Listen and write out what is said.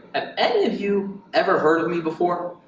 ah any of you ever heard me before?